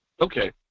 Okay